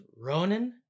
Ronan